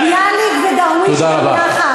את ביאליק ודרוויש גם יחד.